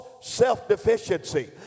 self-deficiency